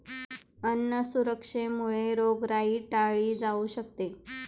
अन्न सुरक्षेमुळे रोगराई टाळली जाऊ शकते